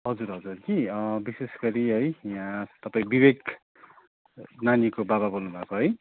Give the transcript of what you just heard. हजुर हजुर कि बिशेष गरी है यहाँ तपाईँ बिबेक नानीको बाबा बोल्नुभएको है